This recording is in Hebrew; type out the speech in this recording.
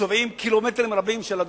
צובעים קילומטרים רבים של אדום-לבן.